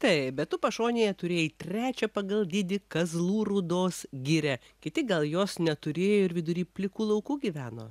taip bet tu pašonėje turėjai trečią pagal dydį kazlų rūdos girią kiti gal jos neturėjo ir vidury plikų laukų gyveno